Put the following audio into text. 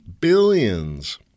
billions